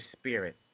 spirit